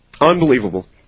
unbelievable